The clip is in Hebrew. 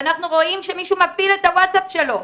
ואנחנו רואות שמישהו מפעיל את הווטסאפ שלו.